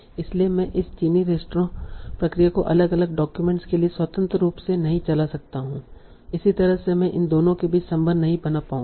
इसलिए मैं इस चीनी रेस्तरां प्रक्रिया को अलग अलग डाक्यूमेंट्स के लिए स्वतंत्र रूप से नहीं चला सकता हूं इस तरह से मैं इन दोनों के बीच संबंध नहीं बना पाऊंगा